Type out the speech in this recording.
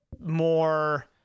more